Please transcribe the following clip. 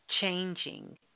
Changing